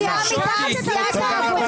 את בקריאה שלישית, אנא, תצאי.